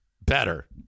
Better